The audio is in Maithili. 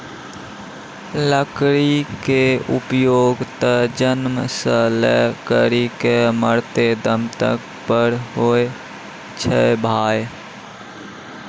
लकड़ी के उपयोग त जन्म सॅ लै करिकॅ मरते दम तक पर होय छै भाय